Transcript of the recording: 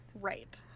Right